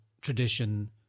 tradition